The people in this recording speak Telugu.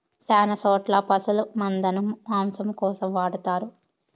శ్యాన చోట్ల పశుల మందను మాంసం కోసం వాడతారు